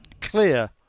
clear